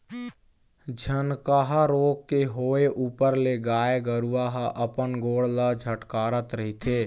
झनकहा रोग के होय ऊपर ले गाय गरुवा ह अपन गोड़ ल झटकारत रहिथे